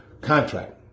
contract